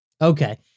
Okay